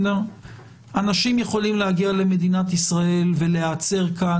אנשים יכולים להגיע למדינת ישראל ולהיעצר כאן